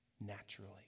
naturally